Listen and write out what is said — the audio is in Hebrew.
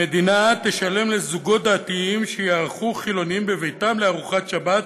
המדינה תשלם לזוגות דתיים שיארחו חילונים בביתם לארוחת שבת